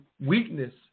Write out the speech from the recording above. weakness